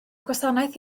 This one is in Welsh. gwasanaeth